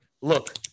Look